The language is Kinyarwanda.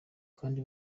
kandi